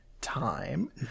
time